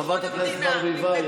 חברת הכנסת ברביבאי,